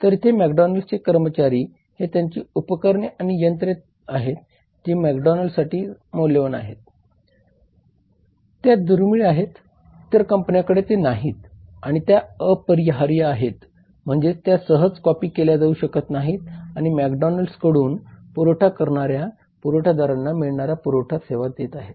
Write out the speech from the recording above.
तर इथे मॅकडोनाल्ड्सचे कर्मचारी हे त्यांची उपकरणे आणि यंत्रे आहेत जी मॅकडोनाल्ड्स साठी मौल्यवान आहेत त्या दुर्मिळ आहेत इतर कंपन्यांकडे ते नाहीत आणि त्या अपरिहार्य आहेत म्हणजे त्या सहज कॉपी केल्या जाऊ शकत नाहीत आणि या मॅकडोनाल्ड्सकडून पुरवठा करणाऱ्या पुरवठादारांना मिळणाऱ्या पुरवठा सेवा आहेत